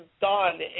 done